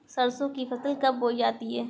सरसों की फसल कब बोई जाती है?